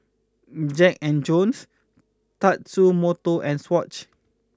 Jack and Jones Tatsumoto and Swatch